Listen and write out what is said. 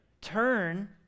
turn